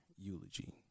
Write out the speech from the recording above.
eulogy